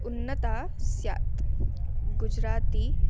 उन्नता स्यात् गुजराती